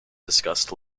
discussed